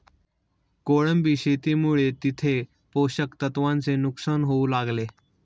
कोळंबी शेतीमुळे तिथे पोषक तत्वांचे नुकसान होऊ लागले